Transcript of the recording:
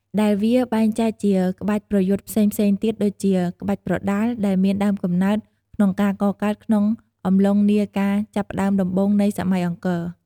ដែលវាបែងចែកជាក្បាច់ប្រយុទ្ធផ្សេងៗទៀតដូចជា ក្បាច់ប្រដាល់ ដែលមានដើមកំណើតក្នុងការកកើតក្នុងអំឡុងនាការចាប់ផ្ដើមដំបូងនៃសម័យអង្គរ ។